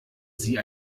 sie